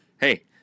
hey